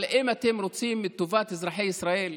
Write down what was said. אבל אם אתם רוצים את טובת אזרחי ישראל,